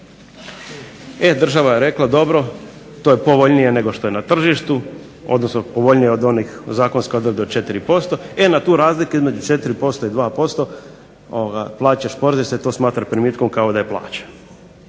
država je rekla dobro, to je povoljnije nego što je na tržištu, odnosno povoljnije od onih zakonske odredbe od 4%. E na tu razliku između 4% i 2% plaćaš porez jer se to smatra primitkom kao da je plaćen.